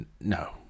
No